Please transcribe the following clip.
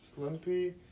slimpy